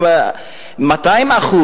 ול-200%,